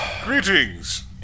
Greetings